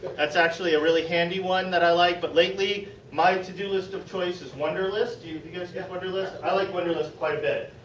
that is actually a really handy one that i like. but, lately my to-do list of choice is wunderlist. you you but guys have wunderlist? i like wunderlist quite a bit.